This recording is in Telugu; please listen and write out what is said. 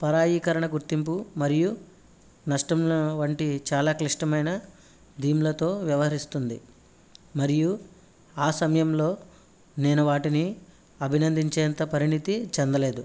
పరాయీకరణ గుర్తింపు మరియు నష్టం వంటి చాలా క్లిష్టమైన థీమ్లతో వ్యవహరిస్తుంది మరియు ఆ సమయంలో నేను వాటిని అభినందించేంత పరిణితి చెందలేదు